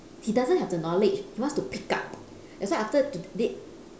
he doesn't have the knowledge he wants to pick up that's why after today